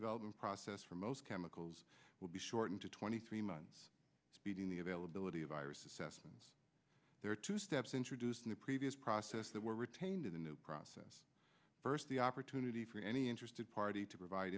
development process for most chemicals will be shortened to twenty three months speeding the availability of iris assessments there are two steps introduced in a previous process that were retained in the new process first the opportunity for any interested party to provide